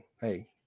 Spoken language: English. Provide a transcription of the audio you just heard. hey